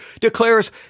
declares